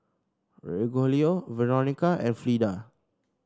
Rogelio Veronica and Fleda